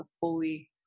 fully